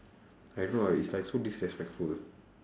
I don't know like it's like so disrespectful